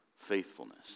faithfulness